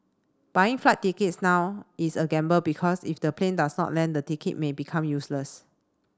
buying flight tickets now is a gamble because if the plane does not land the ticket may become useless